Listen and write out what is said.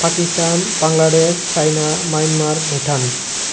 Pakistan Bangladesh China Myanmar Bhutan